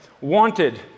Wanted